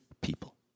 people